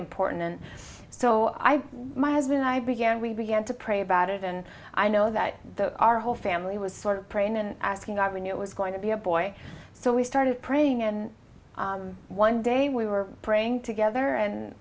important so i my husband i began we began to pray about it and i know that the our whole family was sort of praying and asking i when it was going to be a boy so we started praying and one day we were praying together and